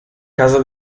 casa